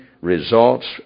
results